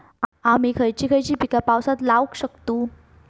आम्ही खयची खयची पीका पावसात लावक शकतु?